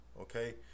Okay